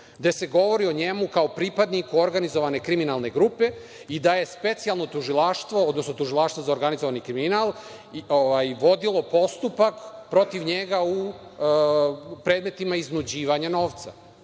gde se govori o njemu kao pripadniku organizacione kriminalne grupe i da je specijalno tužilaštvo, odnosno Tužilaštvo za organizovani kriminal, vodilo postupak protiv njega u predmetima iznuđivanja novca.